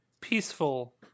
peaceful